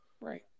Right